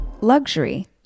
Luxury